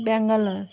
Bangalore